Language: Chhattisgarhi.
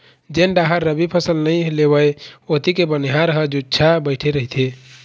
जेन डाहर रबी फसल नइ लेवय ओती के बनिहार ह जुच्छा बइठे रहिथे